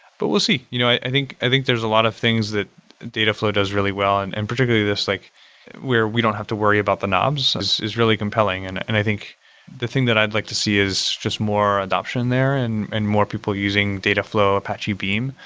but we'll see. you know i think i think there's a lot of things that dataflow does really well, and and particularly this like where we don't have to worry about the knobs is is really compelling. and and i think the thing that i'd like to see is just more adoption there and and more people using dataflow, apache beam,